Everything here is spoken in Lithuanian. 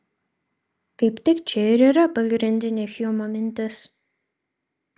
kaip tik čia ir yra pagrindinė hjumo mintis